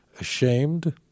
ashamed